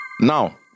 Now